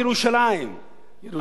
ירושלים זו המכה הגדולה ביותר.